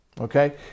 Okay